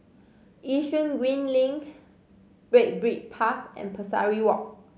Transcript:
Yishun Green Link Red Brick Path and Pesari Walk